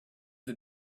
the